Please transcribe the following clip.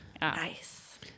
Nice